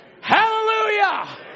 Hallelujah